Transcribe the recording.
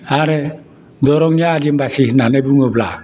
आरो दरंनिया आदिबासि होननानै बुङोब्ला